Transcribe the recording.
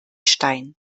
stein